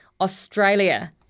Australia